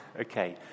okay